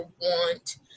want